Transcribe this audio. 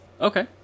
Okay